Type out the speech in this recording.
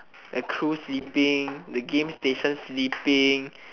the crew sleeping the game station sleeping